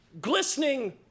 glistening